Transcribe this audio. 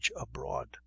abroad